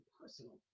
personal